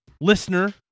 Listener